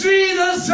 Jesus